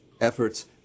efforts